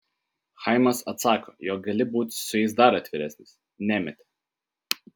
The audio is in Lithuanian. chaimas atsako jog gali būti su jais dar atviresnis nemetė